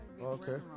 Okay